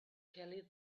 kelly